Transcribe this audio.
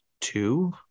two